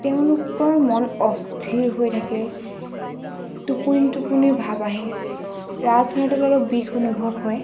তেওঁলোকৰ মন অস্থিৰ হৈ থাকে টোপনি টোপনি ভাৱ আহে ৰাজহাড় ডালত অলপ বিষ অনুভৱ হয়